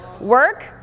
work